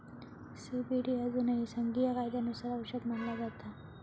CBD अजूनही संघीय कायद्यानुसार औषध मानला जाता